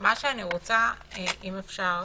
אם אפשר,